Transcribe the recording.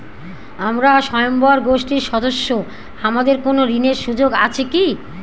আমরা স্বয়ম্ভর গোষ্ঠীর সদস্য আমাদের কোন ঋণের সুযোগ আছে কি?